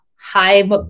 high